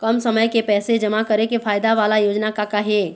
कम समय के पैसे जमा करे के फायदा वाला योजना का का हे?